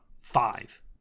five